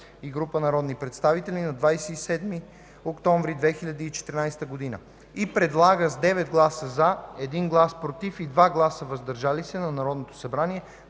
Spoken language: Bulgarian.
и група народни представители на 27 октомври 2014 г., и предлага с 9 гласа „за”, 1 глас „против” и 2 гласа „въздържали се” на Народното събрание